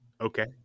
Okay